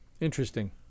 Interesting